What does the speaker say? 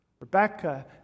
Rebecca